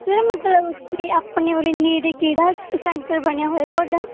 sir ਮਤਲਬ ਕਿ ਆਪਣੇ ਉਰੇ ਨੇੜੇ ਕਿਹੜਾ ਸੈਂਟਰ ਬਣਿਆ ਹੋਇਆ ਤੁਹਾਡਾ